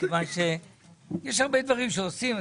מכיוון שיש הרבה דברים שעושים,